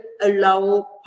allow